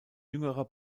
jüngerer